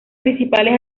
principales